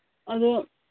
ꯑꯗꯣ